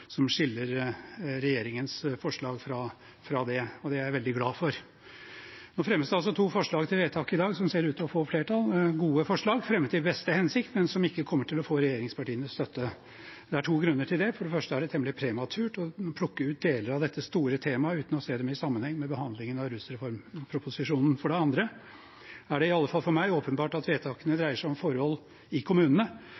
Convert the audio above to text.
skiller regjeringens forslag fra det, og det er jeg veldig glad for. Det fremmes altså to forslag til vedtak i dag som ser ut til å få flertall – gode forslag fremmet i beste hensikt, men som ikke kommer til å få regjeringspartienes støtte. Det er to grunner til det. For det første er det temmelig prematurt å plukke ut deler av dette store temaet uten å se dem i sammenheng med behandlingen av rusreformproposisjonen. For det andre er det i alle fall for meg åpenbart at